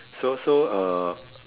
so so uh